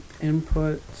input